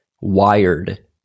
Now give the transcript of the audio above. wired